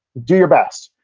do your best.